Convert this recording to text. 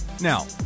now